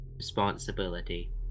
responsibility